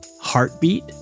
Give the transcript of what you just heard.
heartbeat